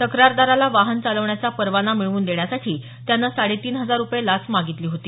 तक्रारदाराला वाहन चालवण्याचा परवाना मिळवून देण्यासाठी त्यानं साडे तीन हजार रुपये लाच मागितली होती